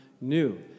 new